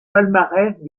palmarès